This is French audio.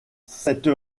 cette